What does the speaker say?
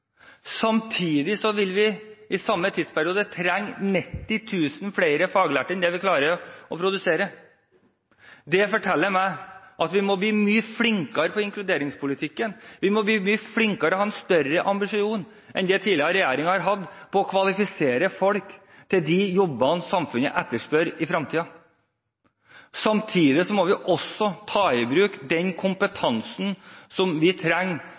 Samtidig vil vi på samme tid trenge 90 000 flere faglærte enn det vi klarer å produsere. Det forteller meg at vi må bli mye flinkere når det gjelder inkluderingspolitikken. Vi må bli flinkere – og ha en større ambisjon enn det tidligere regjeringer har hatt – når det gjelder å kvalifisere folk for de jobbene samfunnet etterspør i fremtiden. Samtidig må vi ta i bruk den kompetansen som vi trenger